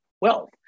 wealth